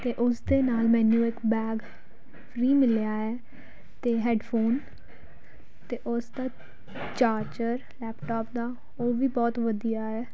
ਅਤੇ ਉਸ ਦੇ ਨਾਲ ਮੈਨੂੰ ਇੱਕ ਬੈਗ ਫਰੀ ਮਿਲਿਆ ਹੈ ਅਤੇ ਹੈਡਫੋਨ ਅਤੇ ਉਸ ਦਾ ਚਾਰਜਰ ਲੈਪਟਾਪ ਦਾ ਉਹ ਵੀ ਬਹੁਤ ਵਧੀਆ ਹੈ